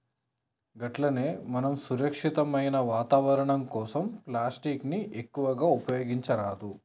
గట్లనే మనం సురక్షితమైన వాతావరణం కోసం ప్లాస్టిక్ ని ఎక్కువగా ఉపయోగించరాదు